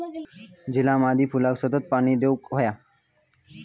झिला मादी फुलाक सतत पाणी देवक हव्या